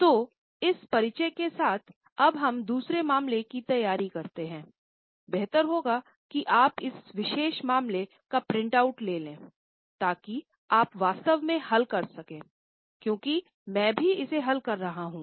तो इस परिचय के साथ अब हम दूसरे मामले की तैयारी करते हैं बेहतर होगा कि आप इस विशेष मामले का प्रिंट आउट ले लें ताकि आप वास्तव में हल कर सकें क्योंकि मैं भी इसे हल कर रहा हूं